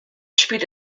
spielt